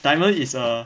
diamond is a